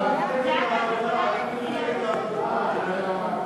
ההצעה להעביר את הצעת חוק לתיקון פקודת הנישואין